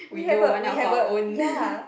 we have a we have a ya